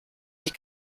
die